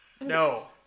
No